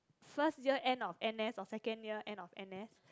first year end of n_s or second year end of n_s